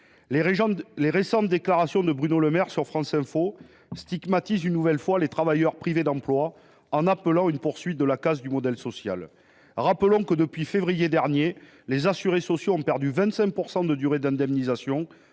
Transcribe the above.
Les récentes déclarations de Bruno Le Maire sur France Info stigmatisent une nouvelle fois les travailleurs privés d’emploi en appelant à une poursuite de la casse du modèle social. Rappelons que, depuis le mois de février dernier, les assurés sociaux ont perdu 25 % de durée d’indemnisation,